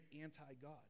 anti-God